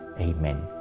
Amen